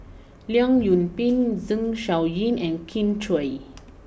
Leong Yoon Pin Zeng Shouyin and Kin Chui